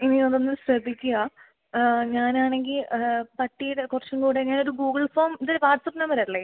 ഇനി അതൊന്ന് ശ്രദ്ധിക്കുക ഞാൻ ആണെങ്കിൽ പട്ടിയുടെ കുറച്ചുംകൂടെ ഞാനൊരു ഗൂഗിൾ ഫോം ഇത് വാട്ട്സപ് നമ്പര് അല്ലേ